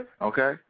Okay